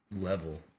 level